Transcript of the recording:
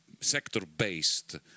sector-based